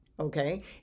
Okay